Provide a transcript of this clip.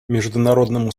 международному